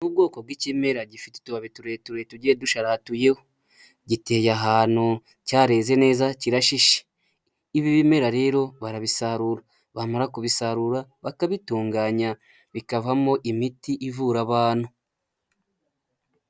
nNi ubwoko bw'ikimera gifite ikibabi tureture tugiye dusharatuyeho, giteye ahantu cyareze neza, ibi bimera rero barabisarura bamara kubisarura bakabitunganya bikavamo imiti ivura abantu.